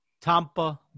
Tampa